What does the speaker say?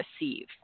receive